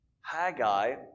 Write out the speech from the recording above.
Haggai